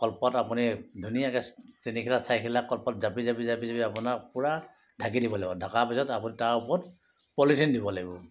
কলপাত আপুনি ধুনীয়াকৈ তিনিখিলা চাৰিখিলা কলপাত ধুনীয়াকৈ জাপি জাপি জাপি জাপি আপোনাৰ পূৰা ঢাকি দিব লাগিব ঢকা পিছত তাৰ ওপৰত পলিথিন দিব লাগিব